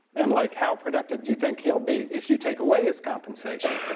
and like how productive do you think he'll be if you take away his compensation?